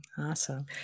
Awesome